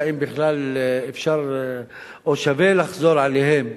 אם בכלל אפשר או שווה לחזור עליהן,